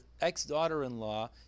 ex-daughter-in-law